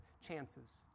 chances